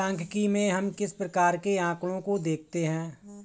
सांख्यिकी में हम किस प्रकार के आकड़ों को देखते हैं?